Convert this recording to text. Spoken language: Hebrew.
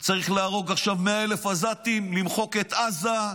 צריך להרוג עכשיו 100,000 עזתים, למחוק את עזה.